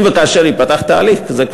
אם וכאשר ייפתח תהליך כזה,